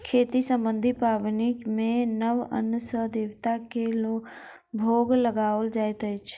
खेती सम्बन्धी पाबनि मे नव अन्न सॅ देवता के भोग लगाओल जाइत अछि